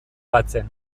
batzen